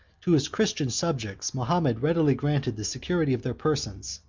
to his christian subjects, mahomet readily granted the security of their persons,